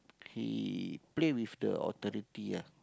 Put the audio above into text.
he play with the authority ah